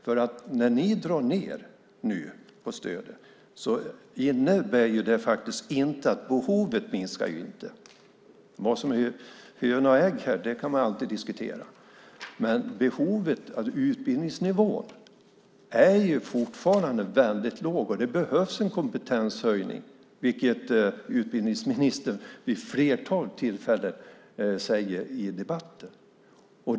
När ni nu drar ned på stödet innebär det faktiskt inte att behovet minskar. Vad som är höna och ägg här kan man alltid diskutera. Men utbildningsnivån är fortfarande väldigt låg, och det behövs en kompetenshöjning, vilket utbildningsministern vid ett flertal tillfällen säger i debatten.